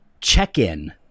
check-in